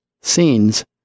scenes